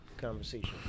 conversation